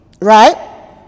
right